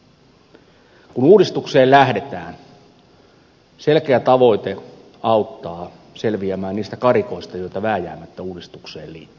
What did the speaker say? kun uudistukseen lähdetään selkeä tavoite auttaa selviämään niistä karikoista joita vääjäämättä uudistukseen liittyy